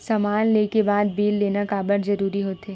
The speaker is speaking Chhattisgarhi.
समान ले के बाद बिल लेना काबर जरूरी होथे?